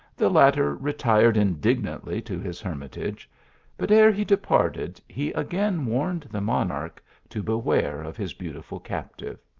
the latter retired indignantly to his hermitage but ere he departed, he again warned the monarch to be ware of his beautiful captive.